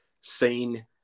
seen